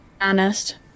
Honest